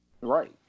right